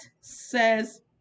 says